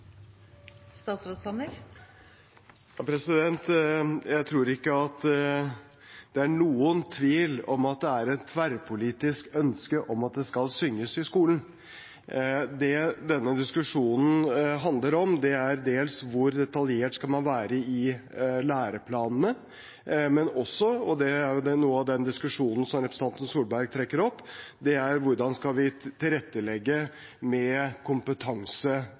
Jeg tror ikke det er noen tvil om at det er et tverrpolitisk ønske om at det skal synges i skolen. Det denne diskusjonen handler om, er dels hvor detaljert man skal være i læreplanene, men også – og det er noe av den diskusjonen som representanten Tvedt Solberg trekker opp – hvordan vi skal tilrettelegge med